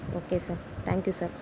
okay sir thank you sir